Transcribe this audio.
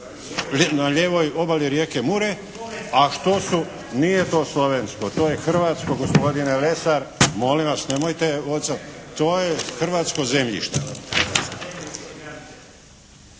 Na lijevoj obali rijeke Mure, a što su, nije to slovensko, to je hrvatsko gospodine Lesar. Molim vas nemojte, to je hrvatsko zemljište.